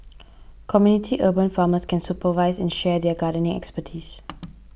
community urban farmers can supervise and share their gardening expertise